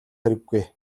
хэрэггүй